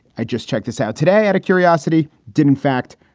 i just check this out today at a curiosity. did, in fact,